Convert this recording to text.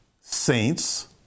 saints